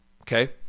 okay